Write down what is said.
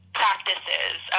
practices